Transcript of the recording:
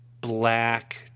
Black